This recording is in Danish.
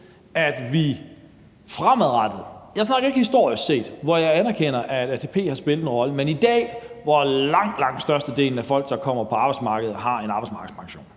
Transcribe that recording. fremadrettet, jeg snakker ikke historisk set, hvor jeg anerkender, at ATP har spillet en rolle, men i dag, hvor langt, langt størstedelen af folk, der kommer på arbejdsmarkedet, har en arbejdsmarkedspension